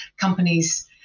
companies